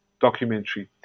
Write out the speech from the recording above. documentary